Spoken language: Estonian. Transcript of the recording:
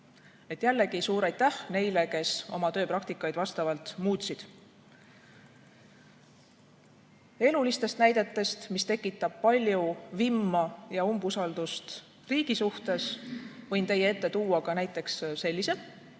Jällegi suur aitäh neile, kes oma tööpraktikat vastavalt muutsid. Elulistest näidetest, mis tekitavad palju vimma ja umbusaldust riigi suhtes, võin teie ette tuua ka näiteks sellise.